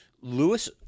Lewis